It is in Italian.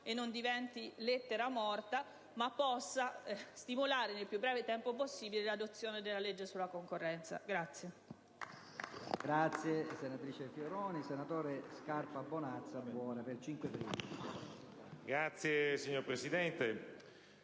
dal divenire lettera morta, possa stimolare nel più breve tempo possibile l'adozione della legge sulla concorrenza.